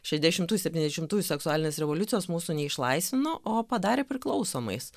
šešiasdešimtųjų septyniasdešimtųjų seksualinės revoliucijos mūsų neišlaisvino o padarė priklausomais